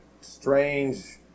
strange